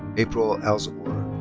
april alzamora.